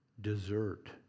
desert